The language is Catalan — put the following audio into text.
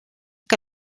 que